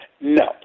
no